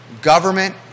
Government